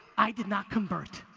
i did not convert.